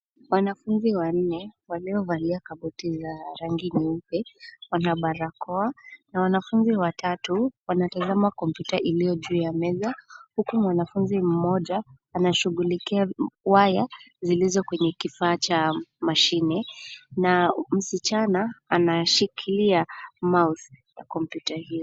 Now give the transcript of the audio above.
Wanafunzi wanne, waliovalia kabuti za rangi nyeupe, wana barakoa na wanafunzi watatu wanatazama kompyuta iliyo juu ya meza huku mwanafunzi mmoja anashughulikia waya zilizo kwenye kifaa cha mashine na msichana anashikilia mouse ya kompyuta hiyo.